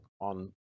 on